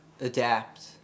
adapt